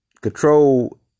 control